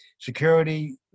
Security